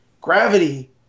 gravity